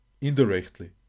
indirectly